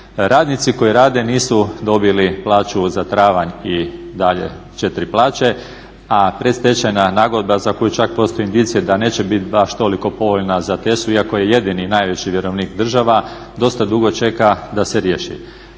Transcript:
Radnici koji rade nisu dobili plaću za travanj i dalje 4 plaće, a predstečajna nagodba za koju čak postoji indicija da neće biti baš toliko povoljna za TESU iako je jedini najveći vjerovnik država, dosta dugo čeka da se riješi,